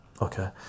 okay